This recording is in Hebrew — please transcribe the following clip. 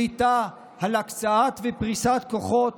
שליטה על הקצאת ופריסת כוחות